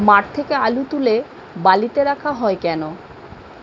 মাঠ থেকে আলু তুলে বালিতে রাখা হয় কেন?